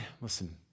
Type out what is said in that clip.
listen